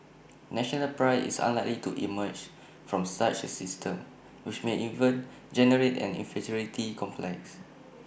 national Pride is unlikely to emerge from such A system which may even generate an inferiority complex